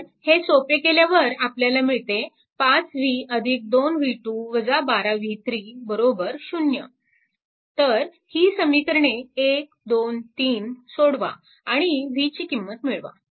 तर हे सोपे केल्यावर आपल्याला मिळते 5 v 2 v2 12 v3 0 तर ही समीकरणे 1 2 3 सोडवाआणि vची किंमत मिळवा